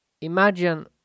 imagine